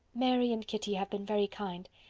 mary and kitty have been very kind,